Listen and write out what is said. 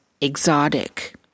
exotic